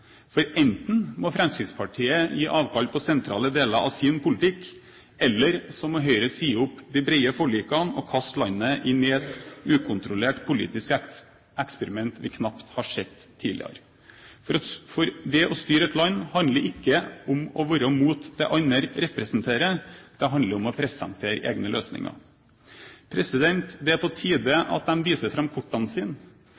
løsninger. Enten må Fremskrittspartiet gi avkall på sentrale deler av sin politikk, eller så må Høyre si opp de brede forlikene og kaste landet inn i et ukontrollert politisk eksperiment vi knapt har sett tidligere. For det å styre et land handler ikke om å være imot det andre representerer, det handler om å presentere egne løsninger. Det er på